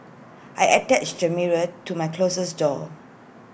I attached A mirror to my closet door